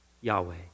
Yahweh